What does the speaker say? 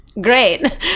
Great